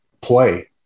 play